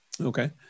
Okay